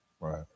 Right